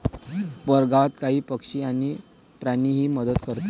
परगावात काही पक्षी आणि प्राणीही मदत करतात